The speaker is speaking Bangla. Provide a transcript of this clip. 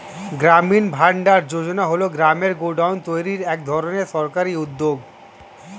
গ্রামীণ ভান্ডার যোজনা হল গ্রামে গোডাউন তৈরির এক ধরনের সরকারি উদ্যোগ